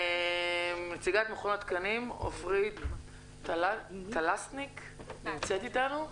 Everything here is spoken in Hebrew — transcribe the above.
נציגת מכון התקנים עפרי טלסניק נמצאת אתנו?